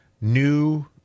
new